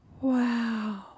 Wow